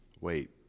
wait